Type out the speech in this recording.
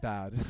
Bad